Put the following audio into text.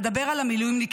אדבר על המילואימניקים,